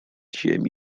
ziemi